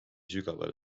sügavale